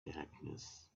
darkness